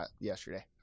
yesterday